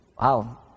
Wow